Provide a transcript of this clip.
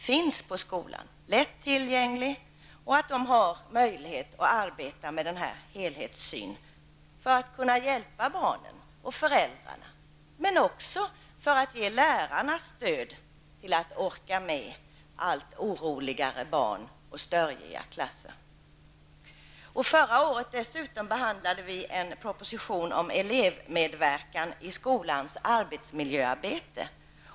Dessa personer skall vara lättillgängliga, och de skall ha möjlighet att arbeta med helhetssynen för att kunna hjälpa barn och föräldrar men också för att kunna ge lärarna stöd, så att dessa orkar med allt oroligare barn och allt bråkigare klasser. Förra året behandlade vi en proposition om elevmedverkan i skolans arbetsmiljöarbete.